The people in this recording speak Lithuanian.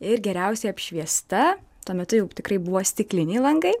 ir geriausiai apšviesta tuo metu jau tikrai buvo stikliniai langai